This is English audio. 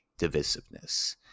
divisiveness